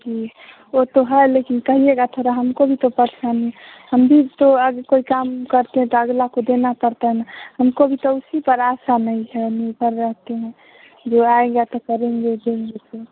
जी वो तो है लेकिन कहिएगा थोड़ा हमको भी तो परेशानी हम भी तो आगे कोई काम करते हैं तो अगला को देना पड़ता है ना हमको भी तो उसी पर आशा नहीं है निर्भर रहते हैं जो आएगा तो करेंगे जो नहीं सो